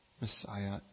Messiah